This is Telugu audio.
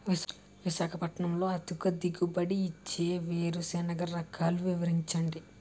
విశాఖపట్నంలో అధిక దిగుబడి ఇచ్చే వేరుసెనగ రకాలు వివరించండి?